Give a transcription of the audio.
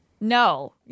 no